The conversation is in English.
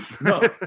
No